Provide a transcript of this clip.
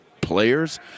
players